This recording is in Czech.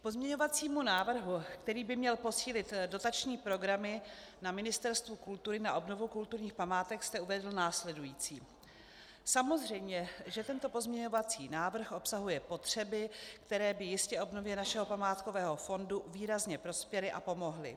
K pozměňovacímu návrhu, který by měl posílit dotační programu na Ministerstvu kultury na obnovu kulturních památek, jste uvedl následující: Samozřejmě že tento pozměňovací návrh obsahuje potřeby, které by jistě obnově našeho památkového fondu výrazně prospěly a pomohly.